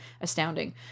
astounding